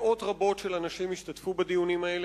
מאות רבות של אנשים השתתפו בדיונים האלה,